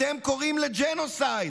אתם קוראים לג'נוסייד.